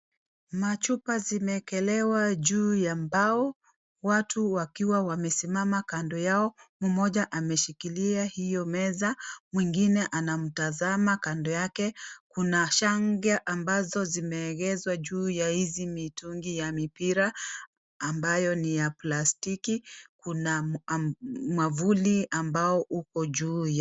Machupa zimewekelewa juu ya mbao watu wakiwa wamesimama kando yao. Mmoja ameshikilia hiyo meza, mwengine anamtazama kando yake. Kuna shanga ambazo zimeegezwa juu ya hizi mitungi ya mipira ambayo ni ya plastiki. Kuna mwavuli ambayo uko juu.